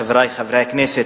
חברי חברי הכנסת,